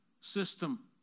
system